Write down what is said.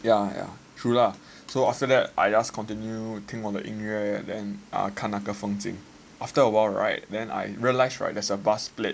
ya ya true lah so after that I just continue 听音乐 then continue 的风景 after awhile right then I realise right there's a bus plate